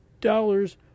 dollars